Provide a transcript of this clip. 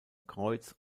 kreuz